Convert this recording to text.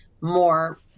more